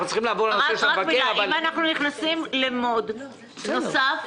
אם אנחנו נכנסים למוד נוסף,